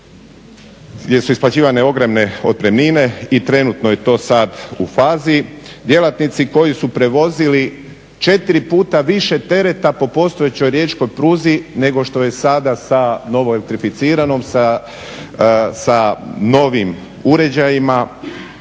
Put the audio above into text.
su isplaćivane ogromne otpremnine i trenutno je to sada u fazi, djelatnici koji su prevozili 4 puta više tereta po postojećoj riječkoj pruzi, nego što je sada sa … sa novim uređajima